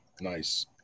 Nice